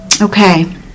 Okay